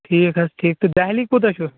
ٹھیٖک حظ ٹھیٖک تہٕ دہلی کوٗتاہ چھُ